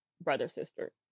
brother-sister